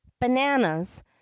bananas